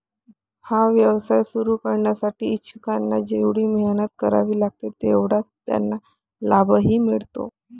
हा व्यवसाय सुरू करण्यासाठी इच्छुकांना जेवढी मेहनत करावी लागते तेवढाच त्यांना लाभही मिळतो